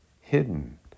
hidden